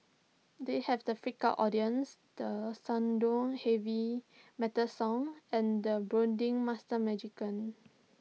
they have the freaked out audience the heavy metal song and the brooding master magician